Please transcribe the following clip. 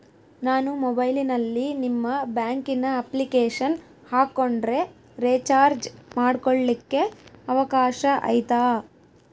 ನಾನು ಮೊಬೈಲಿನಲ್ಲಿ ನಿಮ್ಮ ಬ್ಯಾಂಕಿನ ಅಪ್ಲಿಕೇಶನ್ ಹಾಕೊಂಡ್ರೆ ರೇಚಾರ್ಜ್ ಮಾಡ್ಕೊಳಿಕ್ಕೇ ಅವಕಾಶ ಐತಾ?